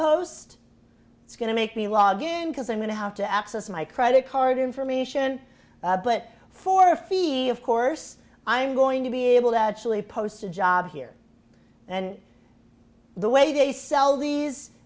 post it's going to make me log in because i'm going to have to access my credit card information but for a fee of course i'm going to be able to actually post a job here and the way they sell